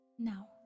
Now